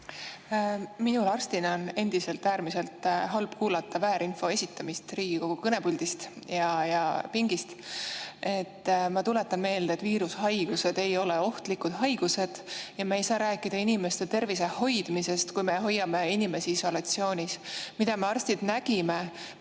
Minul arstina on endiselt äärmiselt halb kuulata väärinfo esitamist Riigikogu kõnepuldist ja pingist. Ma tuletan meelde, et viirushaigused ei ole ohtlikud haigused. Me ei saa rääkida inimeste tervise hoidmisest, kui me hoiame inimesi isolatsioonis. Me arstidena nägime